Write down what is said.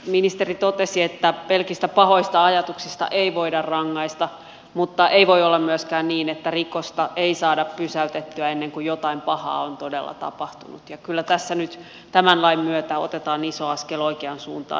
ministeri totesi että pelkistä pahoista ajatuksista ei voida rangaista mutta ei voi olla myöskään niin että rikosta ei saada pysäytettyä ennen kuin jotain pahaa on todella tapahtunut ja kyllä tässä nyt tämän lain myötä otetaan iso askel oikeaan suuntaan